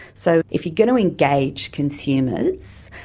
so if you're going to engage consumers,